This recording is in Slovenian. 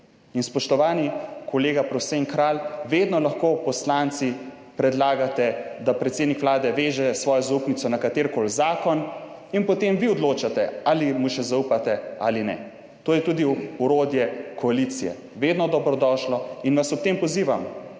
In, spoštovani kolega Prosen Kralj, vedno lahko poslanci predlagate, da predsednik Vlade veže svojo zaupnico na katerikoli zakon, in potem vi odločate, ali mu še zaupate ali ne. To je tudi orodje koalicije, vedno dobrodošlo. In vas ob tem pozivam,